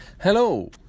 hello